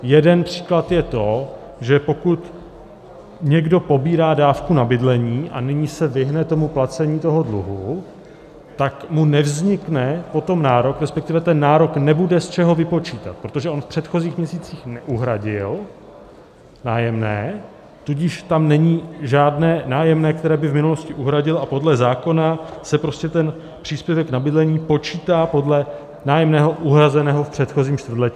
Jeden příklad je to, že pokud někdo pobírá dávku na bydlení a nyní se vyhne placení toho dluhu, tak mu nevznikne potom nárok, resp. ten nárok nebude z čeho vypočítat, protože on v předchozích měsících neuhradil nájemné, tudíž tam není žádné nájemné, které by v minulosti uhradil, a podle zákona se prostě ten příspěvek na bydlení počítá podle nájemného uhrazeného v předchozím čtvrtletí.